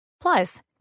Plus